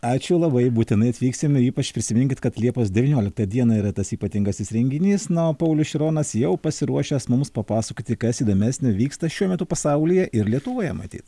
ačiū labai būtinai atvyksim ir ypač prisiminkit kad liepos devynioliktą dieną yra tas ypatingasis renginys na o paulius šironas jau pasiruošęs mums papasakoti kas įdomesnio vyksta šiuo metu pasaulyje ir lietuvoje matyt